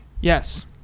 Yes